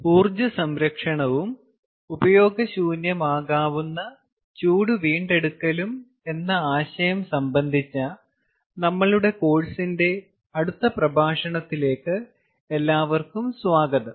ഊർജ്ജ സംരക്ഷണവും ഉപയോഗശൂന്യമാകാവുന്ന ചൂട് വീണ്ടെടുക്കലും എന്ന ആശയം സംബന്ധിച്ച നമ്മളുടെ കോഴ്സിന്റെ അടുത്ത പ്രഭാഷണത്തിലേക്ക് എല്ലാവർക്കും സ്വാഗതം